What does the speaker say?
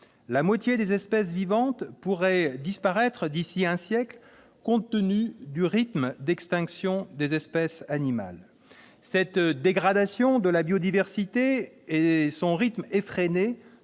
La moitié des espèces vivantes pourrait disparaître d'ici à un siècle, compte tenu du rythme d'extinction des espèces animales. Cette dégradation de la biodiversité et son rythme effréné